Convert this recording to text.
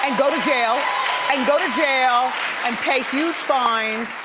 and go to jail. and go to jail and pay huge fines.